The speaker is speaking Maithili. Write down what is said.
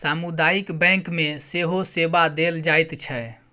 सामुदायिक बैंक मे सेहो सेवा देल जाइत छै